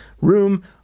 room